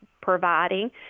providing